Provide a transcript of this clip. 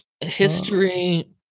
History